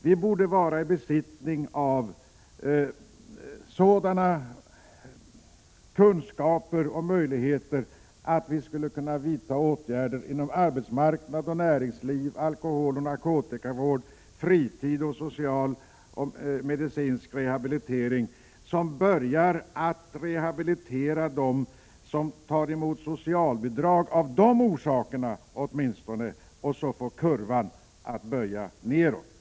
Vi bör vara i besittning av sådana kunskaper att vi kan vidta åtgärder inom arbetsmarknad och näringsliv, alkoholoch narkotikavård, inom fritidssektorn samt inom social och medicinsk rehabilitering. Vi skall alltså rehabilitera dem som tar emot socialbidrag på grund av alkoholoch narkotikamissbruk m.m. och få kurvan för socialbidragen att vända nedåt.